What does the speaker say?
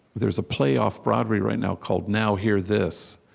there's a play off-broadway right now, called now. here. this.